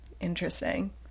Interesting